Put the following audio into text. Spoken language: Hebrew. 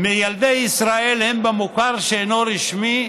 מילדי ישראל הם במוכר שאינו רשמי,